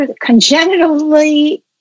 congenitally